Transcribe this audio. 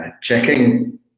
checking